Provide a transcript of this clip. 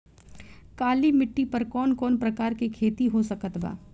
काली मिट्टी पर कौन कौन प्रकार के खेती हो सकत बा?